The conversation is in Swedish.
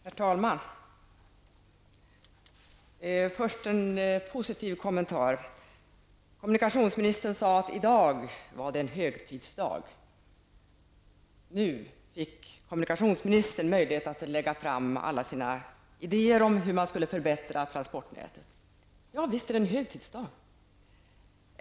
Herr talman! Först en positiv kommentar. Kommunikationsministern sade att i dag är en högtidsdag. Nu fick kommunikationsministern möjlighet att lägga fram alla sina idéer om hur man skall förbättra transportnätet. Ja, visst är det en högtidsdag.